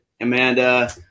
Amanda